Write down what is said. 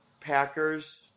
Packers